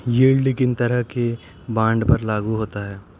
Yield किन तरह के बॉन्ड पर लागू होता है?